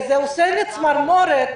זה עושה לי צמרמורת,